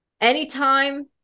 anytime